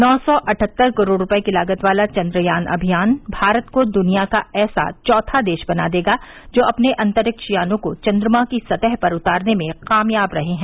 नौ सौ अट्ठहत्तर करोड़ रुपये की लागत वाला चन्द्रयान अभियान भारत को दुनिया का ऐसा चौथा देश बना देगा जो अपने अंतरिक्ष यानों को चंन्द्रमा की सतह पर उतारने में कामयाब रहे हैं